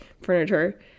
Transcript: furniture